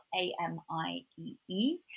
A-M-I-E-E